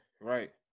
right